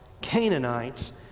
Canaanites